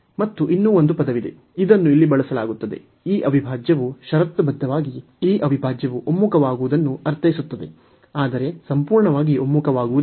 ಮತ್ತು ಇನ್ನೂ ಒಂದು ಪದವಿದೆ ಇದನ್ನು ಇಲ್ಲಿ ಬಳಸಲಾಗುತ್ತದೆ ಈ ಅವಿಭಾಜ್ಯವು ಷರತ್ತುಬದ್ಧವಾಗಿ ಈ ಅವಿಭಾಜ್ಯವು ಒಮ್ಮುಖವಾಗುವುದನ್ನು ಅರ್ಥೈಸುತ್ತದೆ ಆದರೆ ಸಂಪೂರ್ಣವಾಗಿ ಒಮ್ಮುಖವಾಗುವುದಿಲ್ಲ